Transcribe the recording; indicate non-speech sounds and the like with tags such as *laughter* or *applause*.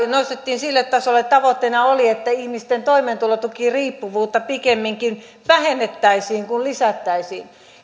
*unintelligible* nostettiin sille tasolle että tavoitteena oli että ihmisten toimeentulotukiriippuvuutta pikemminkin vähennettäisiin kuin lisättäisiin